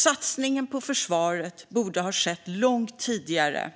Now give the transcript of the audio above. Satsningen på försvaret borde ha skett långt tidigare,